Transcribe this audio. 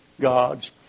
God's